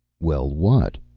well what?